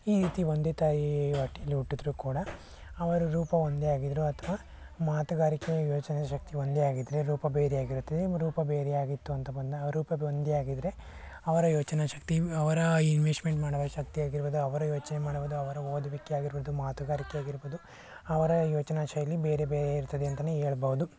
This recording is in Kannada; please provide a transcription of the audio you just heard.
ಈ ರೀತಿ ಒಂದೇ ತಾಯಿ ಹೊಟ್ಟೆಲಿ ಹುಟ್ಟಿದ್ರೂ ಕೂಡ ಅವರ ರೂಪ ಒಂದೇ ಆಗಿದ್ರು ಅಥವಾ ಮಾತುಗಾರಿಕೆ ಯೋಚನೆ ಶಕ್ತಿ ಒಂದೇ ಆಗಿದ್ದರೆ ರೂಪ ಬೇರೆಯಾಗಿರುತ್ತದೆ ರೂಪ ಬೇರೆಯಾಗಿತ್ತು ಅಂತ ಬಂದಾಗ ರೂಪ ಒಂದೇ ಆಗಿದ್ದರೆ ಅವರ ಯೋಚನಾ ಶಕ್ತಿ ಅವರ ಇನ್ವೆಸ್ಟ್ಮೆಂಟ್ ಮಾಡುವ ಶಕ್ತಿ ಆಗಿರ್ಬೋದು ಅವರ ಯೋಚನೆ ಮಾಡುವುದು ಅವರ ಓದುವಿಕೆ ಆಗಿರ್ಬೋದು ಮಾತುಗಾರಿಕೆ ಆಗಿರ್ಬೋದು ಅವರ ಯೋಚನಾ ಶೈಲಿ ಬೇರೆ ಬೇರೆ ಇರ್ತದೆ ಅಂತಲೇ ಹೇಳ್ಬೋದು